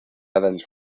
adams